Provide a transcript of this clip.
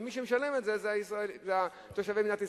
ומי שמשלמים את זה הם תושבי מדינת ישראל.